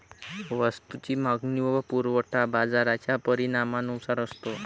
वस्तूची मागणी व पुरवठा बाजाराच्या परिणामानुसार असतो